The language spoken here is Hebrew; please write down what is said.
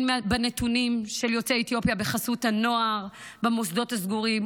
גם הנתונים של יוצאי אתיופיה בחסות הנוער במוסדות הסגורים,